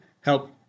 help